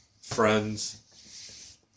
Friends